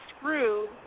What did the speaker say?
screw